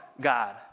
God